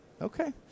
Okay